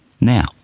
Now